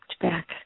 back